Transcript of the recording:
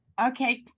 okay